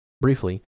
briefly